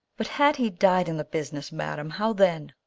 but had he died in the business, madam? how then?